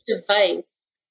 device